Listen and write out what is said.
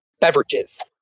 beverages